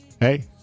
hey